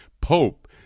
pope